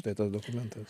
tai tas dokumentas